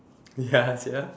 ya sia